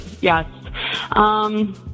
yes